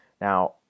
Now